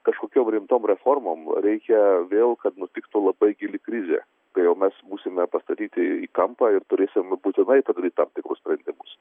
kažkokiom rimtom reformom reikia vėl kad nutiktų labai gili krizė kai jau mes būsime pastatyti į kampą ir turėsim būtinai padaryti tam tikrus sprendimus